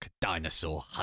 Dinosaur